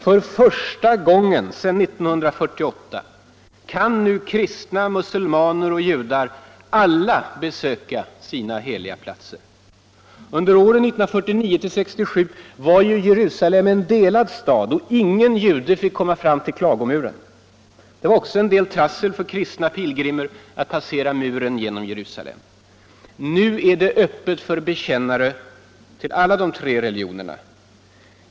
För första gången sedan 1948 kan nu kristna, muselmaner och judar alla besöka sina heliga platser. Under åren 1949-1967 var ju Jerusalem en delad stad och ingen israelisk jude fick komma fram till Klagomuren. Det var också en del trassel för kristna pilgrimer att passera muren genom Jerusalem. Nu är det öppet för bekännare till alla de tre religionerna.